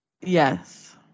Yes